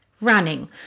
running